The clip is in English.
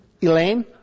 Elaine